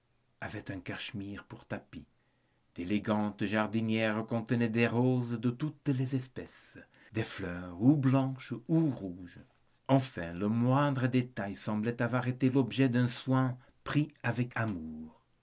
avait un cachemire pour tapis d'élégantes jardinières contenaient des roses de toutes les espèces des fleurs ou blanches ou rouges enfin le moindre détail semblait avoir été l'objet d'un soin pris avec amour